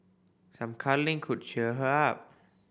some cuddling could cheer her up